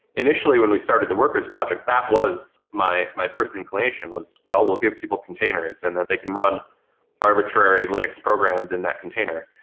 initially, when we started the workers project, that was my my first inclination, was, well, we'll give people containers, and that they can run arbitrary linux programs in that container.